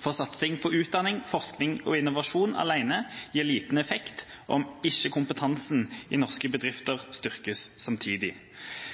for satsing på utdanning, forskning og innovasjon alene gir liten effekt om ikke kompetansen i norske